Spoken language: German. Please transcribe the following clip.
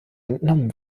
entnommen